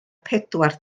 pedwar